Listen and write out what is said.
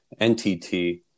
NTT